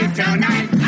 tonight